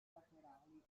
laterali